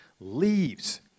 leaves